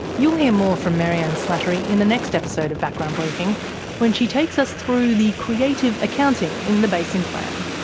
you'll hear more from maryanne slattery in the next episode of background briefing when she takes us through the creative accounting in the basin plan.